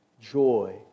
joy